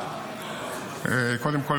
קודם כול,